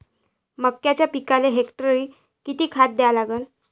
मक्याच्या पिकाले हेक्टरी किती खात द्या लागन?